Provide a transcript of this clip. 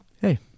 hey